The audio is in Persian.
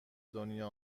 دنیا